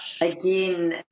again